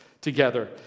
together